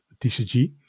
TCG